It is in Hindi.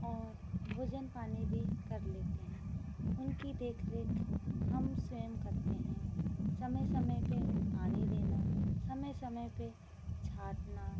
और भोजन पानी भी कर लेते हैं उनकी देखरेख हम स्वयं करते हैं समय समय पर पानी देना समय समय पर छाँटना